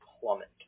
plummet